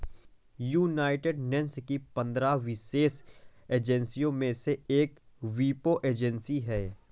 United nations की पंद्रह विशेष एजेंसियों में से एक वीपो एजेंसी है